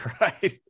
Right